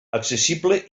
accessible